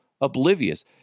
oblivious